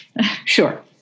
Sure